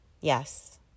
yes